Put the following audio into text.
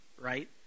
right